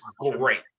great